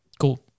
Cool